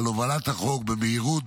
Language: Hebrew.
על הובלת החוק במהירות,